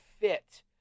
fit